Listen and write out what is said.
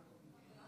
שלוש